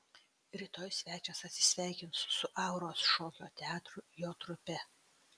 rytoj svečias atsisveikins su auros šokio teatru jo trupe